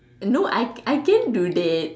no I I can do that